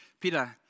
Peter